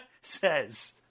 says